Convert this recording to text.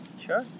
sure